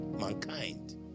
mankind